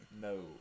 No